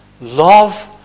Love